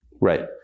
Right